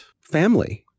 family